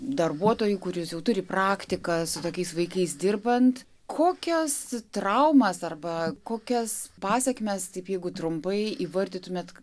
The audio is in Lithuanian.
darbuotojų kurios jau turi praktiką su tokiais vaikais dirbant kokias traumas arba kokias pasekmes taip jeigu trumpai įvardytumėt